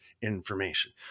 information